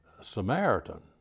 Samaritan